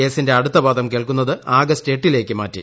കേസിന്റെ അടുത്ത വാദം കേൾക്കുന്നത് ആഗസ്ത് എട്ടിലേക്ക് മാറ്റി